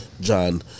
john